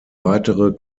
weitere